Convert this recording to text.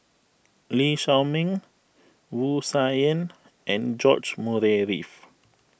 Lee Shao Meng Wu Tsai Yen and George Murray Reith